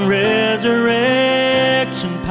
resurrection